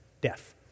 death